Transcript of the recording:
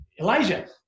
Elijah